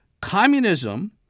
communism